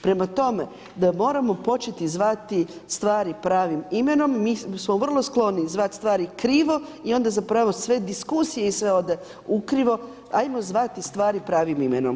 Prema tome, moramo početi zvati stvari pravim imenom, mi smo vrlo skloni zvati stvari krivo i onda zapravo sve diskusije i sve ode u krivo, ajmo zvati stvari pravim imenom.